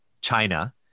China